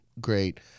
great